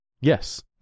Yes